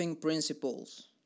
Principles